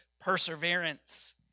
perseverance